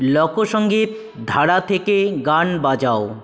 লোকসঙ্গীত ধারা থেকে গান বাজাও